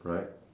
right